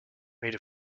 made